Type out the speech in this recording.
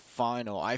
final